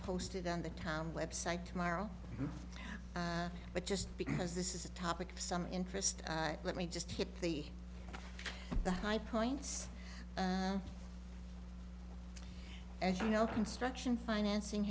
posted on the town website tomorrow but just because this is a topic of some interest let me just hit the high points i as you know construction financing